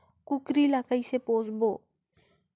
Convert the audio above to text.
कूकरी ला कइसे पोसबो?